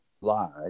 lied